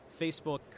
Facebook